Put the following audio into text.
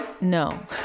No